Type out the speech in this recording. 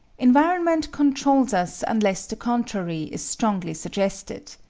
environment controls us unless the contrary is strongly suggested.